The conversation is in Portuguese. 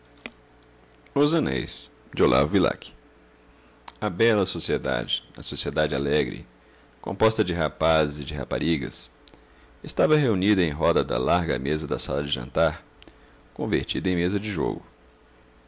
tumor a bela sociedade a sociedade alegre composta de rapazes e de raparigas estava reunida em roda da larga mesa da sala de jantar convertida em mesa de jogo